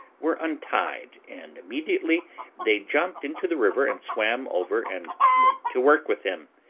were untied, and immediately they jumped into the river, and swam over, and went to work with him.